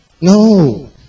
No